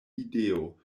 ideo